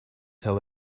tell